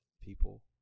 people